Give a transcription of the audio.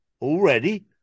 already